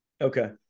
Okay